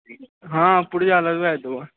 हॅं पुर्जा लगबै दबौ